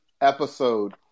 episode